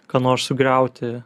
ką nors sugriauti